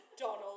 Donald